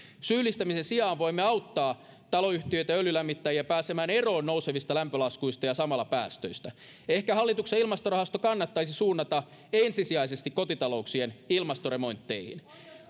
syyllistämisen sijaan voimme auttaa taloyhtiöitä ja öljylämmittäjiä pääsemään eroon nousevista lämpölaskuista ja samalla päästöistä ehkä hallituksen ilmastorahasto kannattaisi suunnata ensisijaisesti kotitalouksien ilmastoremontteihin